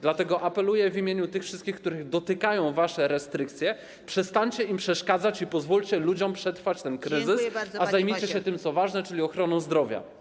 Dlatego apeluję w imieniu tych wszystkich, których dotykają wasze restrykcje: przestańcie im przeszkadzać i pozwólcie ludziom przetrwać ten kryzys, a zajmijcie się tym co ważne, czyli ochroną zdrowia.